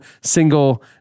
single